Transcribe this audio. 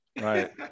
right